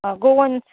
आं गोवन्स